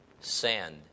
Send